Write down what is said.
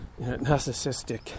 narcissistic